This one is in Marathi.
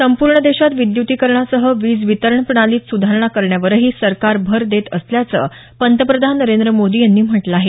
संपूर्ण देशात विद्युतिकरणासह वीज वीतरण प्रणालीत सुधारणा करण्यावरही सरकार भर देत असल्याचं पंतप्रधान नरेंद्र मोदी यांनी म्हटलं आहे